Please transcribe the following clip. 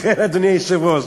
לכן, אדוני היושב-ראש,